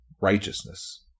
righteousness